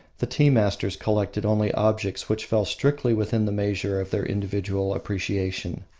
the tea-masters collected only objects which fell strictly within the measure of their individual appreciation.